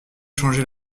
changer